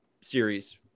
series